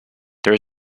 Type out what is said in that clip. there